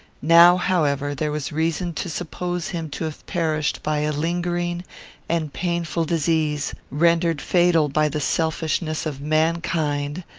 now, however, there was reason to suppose him to have perished by a lingering and painful disease, rendered fatal by the selfishness of mankind,